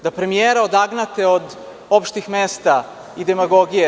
Da premijera odagnate od opštih mesta i demagogije.